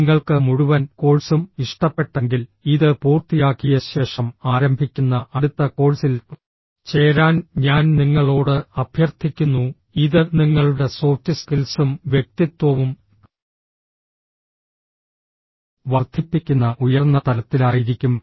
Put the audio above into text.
നിങ്ങൾക്ക് മുഴുവൻ കോഴ്സും ഇഷ്ടപ്പെട്ടെങ്കിൽ ഇത് പൂർത്തിയാക്കിയ ശേഷം ആരംഭിക്കുന്ന അടുത്ത കോഴ്സിൽ ചേരാൻ ഞാൻ നിങ്ങളോട് അഭ്യർത്ഥിക്കുന്നു ഇത് നിങ്ങളുടെ സോഫ്റ്റ് സ്കിൽസും വ്യക്തിത്വവും വർദ്ധിപ്പിക്കുന്ന ഉയർന്ന തലത്തിലായിരിക്കും